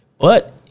But-